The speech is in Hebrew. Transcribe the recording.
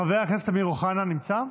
חבר הכנסת אמיר אוחנה נמצא?